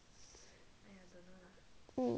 um cannot